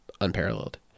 unparalleled